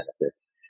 benefits